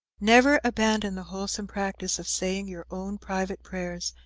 never abandon the wholesome practice of saying your own private prayers,